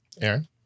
Aaron